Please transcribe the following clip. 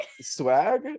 Swag